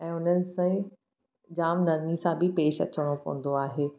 ऐं हुननि सां ई जाम नरमी सां बि पेश अचिणो पवंदो आहे